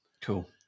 Cool